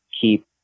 keep